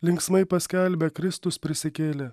linksmai paskelbia kristus prisikėlė